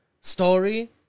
story